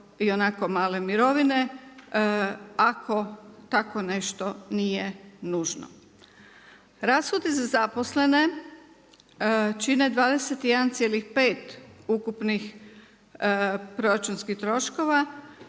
ionako male mirovine, ako tako nešto nije nužno. Rashodi za zaposlene, čine 21,5 ukupnih proračunskih troškova